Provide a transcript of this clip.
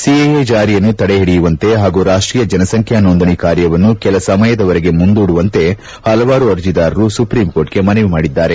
CAA ಜಾರಿಯನ್ನು ತಡೆಹಿಡಿಯುವಂತೆ ಹಾಗೂ ರಾಷ್ನೀಯ ಜನಸಂಖ್ಯಾ ನೋಂದಣಿ ಕಾರ್ಯವನ್ನು ಕೆಲ ಸಮಯದವರೆಗೆ ಮುಂದೂಡುವಂತೆ ಪಲವಾರು ಅರ್ಜೆದಾರರು ಸುಪ್ರೀಂಕೋರ್ಟ್ಗೆ ಮನವಿ ಮಾಡಿದ್ದಾರೆ